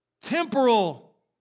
temporal